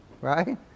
right